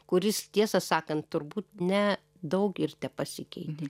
kuris tiesą sakant turbūt ne daug ir tepasikeitė